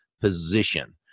position